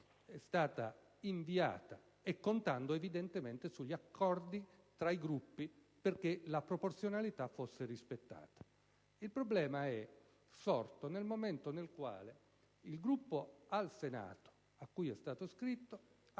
Il problema è sorto nel momento in cui il Gruppo al Senato a cui è stato scritto ha